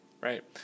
Right